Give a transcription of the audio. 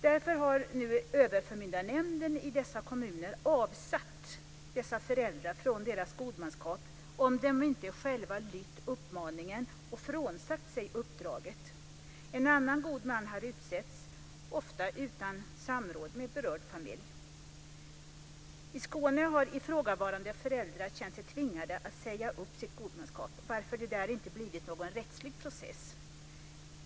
Därför har nu överförmyndarnämnden i dessa kommuner avsatt dessa föräldrar från deras godmanskap om de inte själva lytt uppmaningen och frånsagt sig uppdraget. En annan god man har utsetts, ofta utan samråd med berörd familj. I Skåne har ifrågavarande föräldrar känt sig tvingade att säga upp sitt godmanskap varför det där inte blivit någon rättslig process.